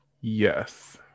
yes